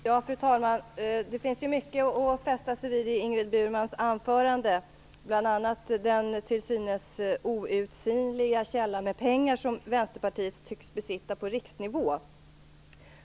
Fru talman! Det finns mycket att fästa sig vid i Ingrid Burmans anförande, bl.a. den till synes outsinliga källa med pengar som Vänsterpartiet tycks besitta på riksnivå.